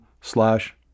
slash